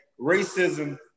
racism